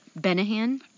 Benahan